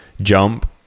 jump